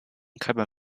开办